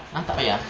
!huh! tak payah